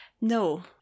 no